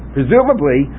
Presumably